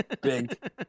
big